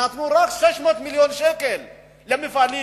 נתנו רק 600 מיליון שקל למפעלים.